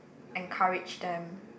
encourage them